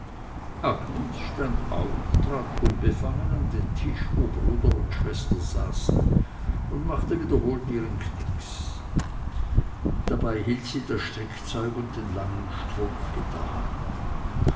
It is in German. stand auf trat unbefangen an den tisch wo bruder und schwester saßen und machte wiederholt ihren knicks dabei hielt sie das strickzeug und den langen strumpf in der hand